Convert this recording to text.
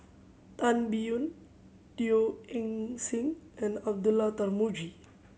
Tan Biyun Teo Eng Seng and Abdullah Tarmugi